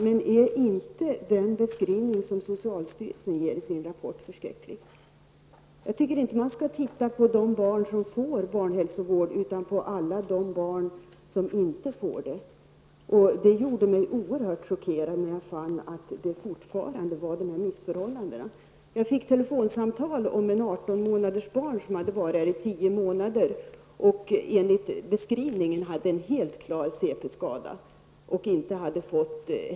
Men är inte den beskrivning som socialstyrelsen ger i sin rapport förskräcklig? Jag tycker inte att man skall se på de barn som får barnhälsovård utan på alla dem som inte får sådan vård. Jag blev oerhört chockerad över att finna att dessa missförhållanden fortfarande råder. Jag fick ett telefonsamtal om ett barn på 18 månader som hade varit i Sverige i 10 månader och som enligt beskrivningen hade en helt klar CP CP-skadan hade inte upptäckts.